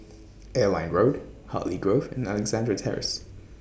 Airline Road Hartley Grove and Alexandra Terrace